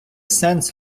сенс